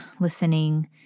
listening